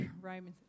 Romans